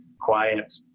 quiet